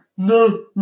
No